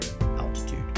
altitude